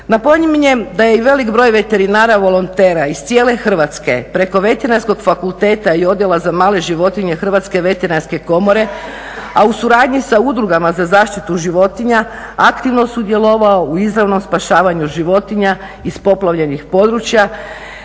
Napominjem da je i velik broj veterinara volontera iz cijele Hrvatske preko Veterinarskog fakulteta i odjela za male životinje Hrvatska veterinarske komore, a u suradnji sa udrugama za zaštitu životinja aktivno sudjelovao u izravnom spašavanju životinja iz poplavljenih područja